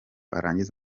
arangize